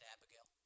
Abigail